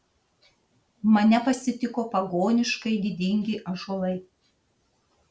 mane pasitiko pagoniškai didingi ąžuolai